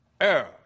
error